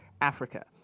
Africa